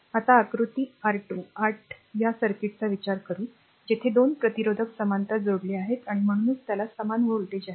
आता आकृती R28 या सर्किटचा विचार करू जेथे 2 प्रतिरोधक समांतर जोडलेले आहेत आणि म्हणूनच त्यांच्यात समान व्होल्टेज आहेत